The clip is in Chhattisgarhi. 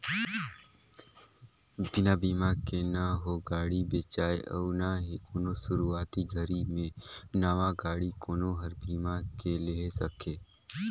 बिना बिमा के न हो गाड़ी बेचाय अउ ना ही कोनो सुरूवाती घरी मे नवा गाडी कोनो हर बीमा के लेहे सके